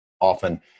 Often